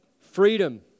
Freedom